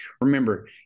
Remember